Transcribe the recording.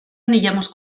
anillamos